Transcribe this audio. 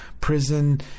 prison